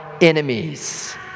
enemies